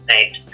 Right